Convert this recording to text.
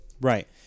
Right